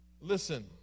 listen